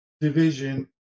division